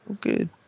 good